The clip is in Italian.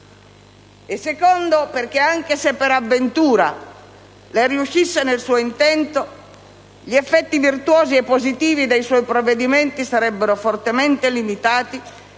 luogo, perché, anche se per avventura lei riuscisse nel suo intento, gli effetti virtuosi e positivi dei suoi provvedimenti sarebbero fortemente limitati